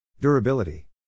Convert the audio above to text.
Durability